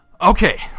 okay